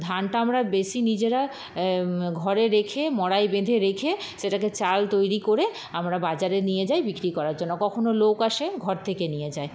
ধানটা আমরা বেশী নিজেরা ঘরে রেখে মড়াই বেঁধে রেখে সেটাকে চাল তৈরি করে আমরা বাজারে নিয়ে যাই বিক্রি করার জন্য কখনো লোক আসে ঘর থেকে নিয়ে যায়